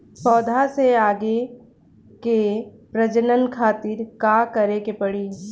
पौधा से आगे के प्रजनन खातिर का करे के पड़ी?